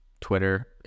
Twitter